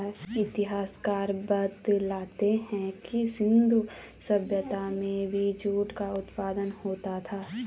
इतिहासकार बतलाते हैं कि सिन्धु सभ्यता में भी जूट का उत्पादन होता था